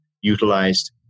utilized